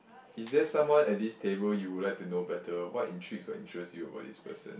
is there someone at this table you will like to know better what intrigues or interest you about this person